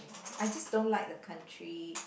I just don't like the country